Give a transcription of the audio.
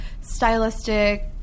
stylistic